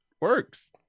works